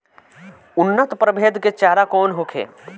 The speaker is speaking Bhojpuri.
उन्नत प्रभेद के चारा कौन होखे?